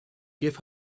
give